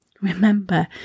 Remember